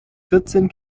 vierzehn